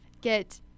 get